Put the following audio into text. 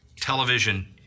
Television